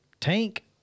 Tank